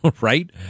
right